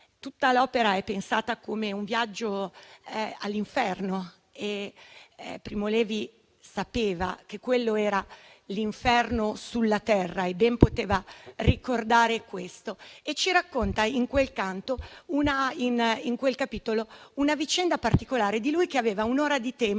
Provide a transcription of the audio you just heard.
tutta l'opera è pensata come un viaggio all'inferno. Primo Levi sapeva che quello era l'inferno sulla terra e ben poteva ricordarlo. Egli ci racconta dunque, in quel capitolo, una vicenda particolare: aveva un'ora di tempo